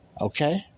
Okay